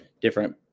different –